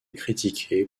critiquée